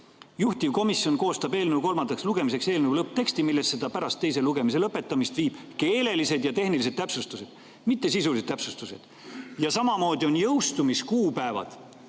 juhtivkomisjon koostab eelnõu kolmandaks lugemiseks eelnõu lõppteksti, millesse ta pärast teise lugemise lõpetamist on viinud keelelised ja tehnilised täpsustused. Mitte sisulised täpsustused! Ja samamoodi on jõustumiskuupäevad